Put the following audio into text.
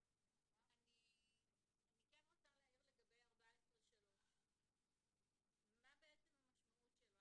אני רוצה להעיר לגבי 14(3). מה בעצם המשמעות שלו?